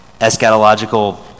eschatological